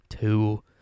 two